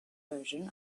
version